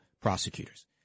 prosecutors